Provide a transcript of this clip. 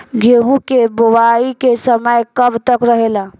गेहूँ के बुवाई के समय कब तक रहेला?